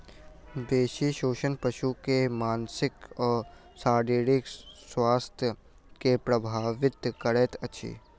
बेसी शोषण पशु के मानसिक आ शारीरिक स्वास्थ्य के प्रभावित करैत अछि